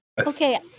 Okay